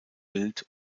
bild